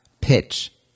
pitch